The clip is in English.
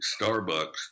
Starbucks